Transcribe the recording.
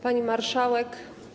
Pani Marszałek!